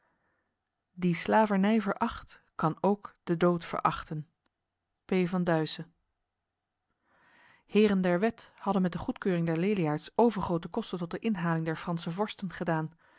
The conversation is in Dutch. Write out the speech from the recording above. die slaverny veracht kan ook den dood verachten p van duyse heren der wet hadden met de goedkeuring der leliaards overgrote kosten tot de inhaling der franse vorsten gedaan